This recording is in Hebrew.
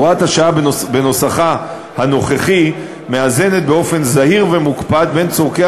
הוראת השעה בנוסחה הנוכחי מאזנת באופן זהיר ומוקפד בין צורכי